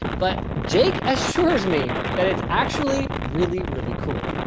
but jake assures me that it's actually really, really cool.